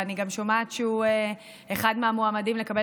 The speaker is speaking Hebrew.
ואני גם שומעת שהוא אחד המועמדים לקבל